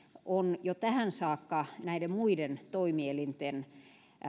ovat jo tähän saakka näiden muiden toimielinten